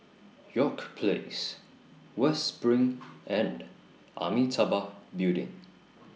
York Place West SPRING and Amitabha Building